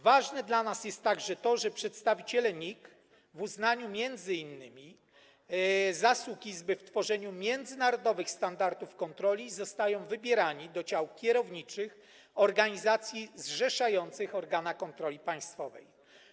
Ważne dla nas jest także to, że przedstawiciele NIK, w uznaniu m.in. zasług Izby w tworzeniu międzynarodowych standardów kontroli, są wybierani do ciał kierowniczych organizacji zrzeszających organa kontroli państwowej.